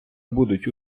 будуть